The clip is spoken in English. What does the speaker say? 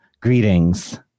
Greetings